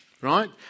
right